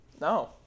No